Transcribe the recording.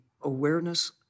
awareness